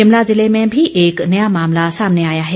शिमला जिले में भी एक नया मामला सामने आया है